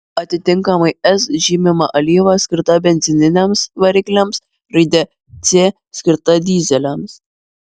atitinkamai s žymima alyva skirta benzininiams varikliams raide c skirta dyzeliams